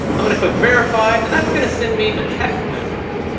i'm gonna click verify. and that's gonna send me a text message.